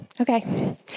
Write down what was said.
Okay